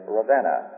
Ravenna